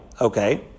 Okay